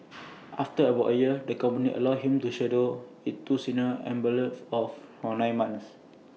after about A year the company allowed him to shadow its two senior embalmers of for nine months